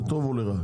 לטוב או לרע,